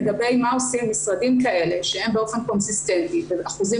לגבי מה עושים עם משרדים כאלה שהם באופן קונסיסטנטי עם אחוזים